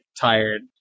tired